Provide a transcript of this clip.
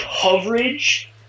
coverage